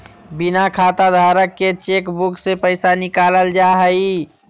बिना खाताधारक के चेकबुक से पैसा निकालल जा हइ